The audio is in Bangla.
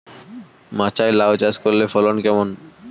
মাচায় লাউ চাষ করলে ফলন কেমন?